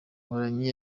mporanyi